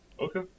okay